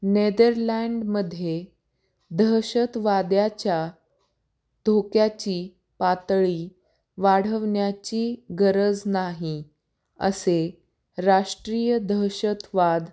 नेदरलँडमध्ये दहशतवाद्याच्या धोक्याची पातळी वाढवण्याची गरज नाही असे राष्ट्रीय दहशतवाद